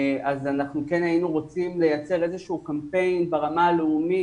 כן היינו רוצים לייצר איזשהו קמפיין ברמה הלאומית,